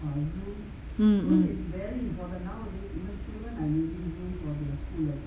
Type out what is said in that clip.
mm mm